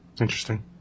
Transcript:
Interesting